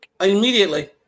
immediately